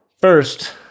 first